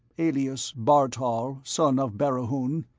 alias bartol son of berihun,